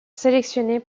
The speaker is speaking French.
sélectionné